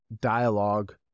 dialogue